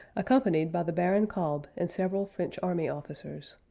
accompanied by the baron kalb and several french army officers.